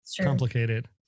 complicated